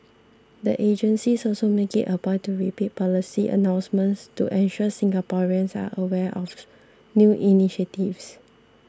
the agencies also make it a point to repeat policy announcements to ensure Singaporeans are aware of new initiatives